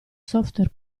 software